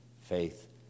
faith